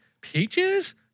Peaches